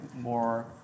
more